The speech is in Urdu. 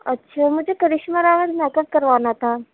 اچھا مجھے کرشمہ راوت میک اپ کروانا تھا